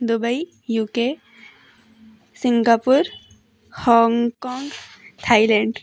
Dubai UK Singapore Hong Kong Thailand